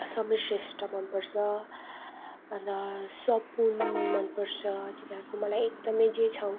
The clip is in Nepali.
समीर श्रेष्ठ मन पर्छ अन्त सपुन मन पर्छ तिनीहरूको मलाई एकदम जे छौ